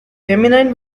feminine